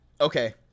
okay